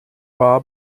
war